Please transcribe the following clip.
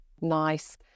nice